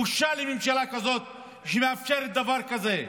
בושה לממשלה כזאת שמאפשרת דבר כזה.